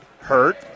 Hurt